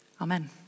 Amen